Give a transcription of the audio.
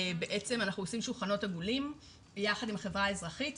בעצם אנחנו עושים שולחנות עגולים יחד עם החברה האזרחית,